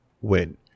win